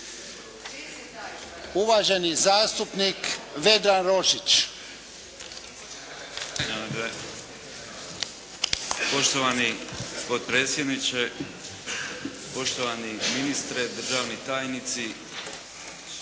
uvaženi zastupnik Vedran Rožić.